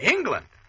England